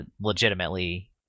legitimately